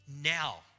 now